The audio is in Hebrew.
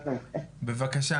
בבקשה.